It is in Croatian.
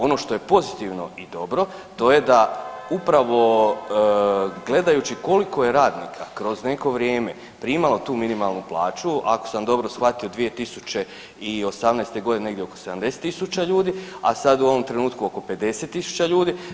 Ono što je pozitivno i dobro ta je da upravo gledajući koliko je radnika kroz neko vrijeme primalo tu minimalnu plaću ako sam dobro shvatio 2018. godine negdje oko 70 000 ljudi, a sad u ovom trenutku oko 50 000 ljudi.